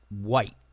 white